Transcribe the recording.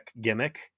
gimmick